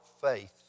faith